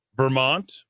Vermont